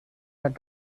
had